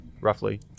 Roughly